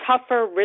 tougher